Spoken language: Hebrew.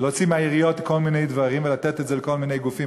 להוציא מהעיריות כל מיני דברים ולתת את זה לכל מיני גופים.